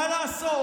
מה לעשות,